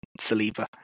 Saliba